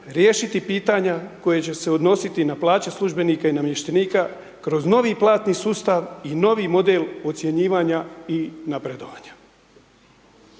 riješiti pitanja, koje će se odnositi na plaće službenika i namještenika, kroz novi platni sustav i novi model ocjenjivanja i napredovanja.